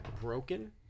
broken